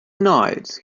night